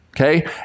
Okay